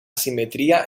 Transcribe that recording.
simetría